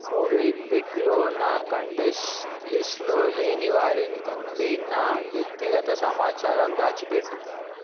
మోవిగ్విక్లో నా కంటెస్ట్ లిస్ట్లో లేని వారి నుండి నా వ్యక్తిగత సమాచారం దాచిపెట్టు